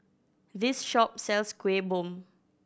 this shop sells Kueh Bom